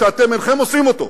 שאתם אינכם עושים אותו,